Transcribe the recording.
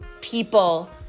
people